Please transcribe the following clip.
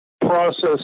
process